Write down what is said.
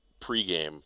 pregame